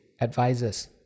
advisors